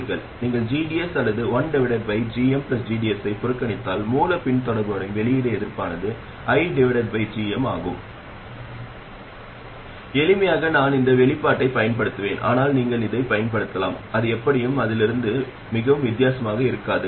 நீங்கள் gds அல்லது 1gmgds ஐப் புறக்கணித்தால் மூலப் பின்தொடர்பவரின் வெளியீட்டு எதிர்ப்பானது 1gm ஆகும் எளிமைக்காக நான் இந்த வெளிப்பாட்டைப் பயன்படுத்துவேன் ஆனால் நீங்களும் இதைப் பயன்படுத்தலாம் அது எப்படியும் அதிலிருந்து மிகவும் வித்தியாசமாக இருக்காது